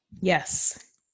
Yes